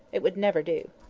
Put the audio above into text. it would never do.